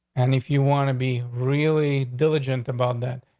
and if you want to be really diligent about that,